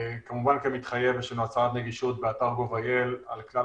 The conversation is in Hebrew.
כמובן כמתחייב יש לנו הצהרת נגישות באתר gov.il על כלל